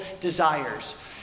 desires